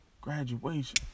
graduation